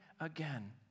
again